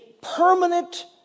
permanent